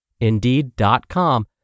Indeed.com